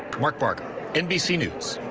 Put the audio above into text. mark bark nbc news.